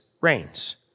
reigns